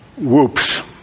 Whoops